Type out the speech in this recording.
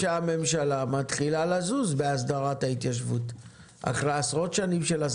אני חושב שהממשלה מתחילה לזוז בהסדרת ההתיישבות תודה.